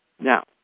Now